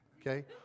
okay